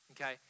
okay